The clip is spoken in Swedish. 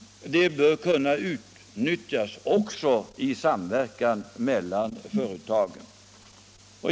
De bör kunna utnyttjas också i samverkan mellan företagen.